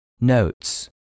Notes